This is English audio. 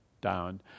down